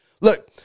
Look